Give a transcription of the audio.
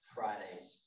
Friday's